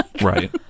Right